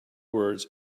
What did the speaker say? words